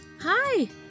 Hi